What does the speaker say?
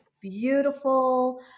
beautiful